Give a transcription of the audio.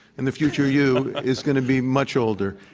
and the future you is going to be much older,